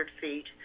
feet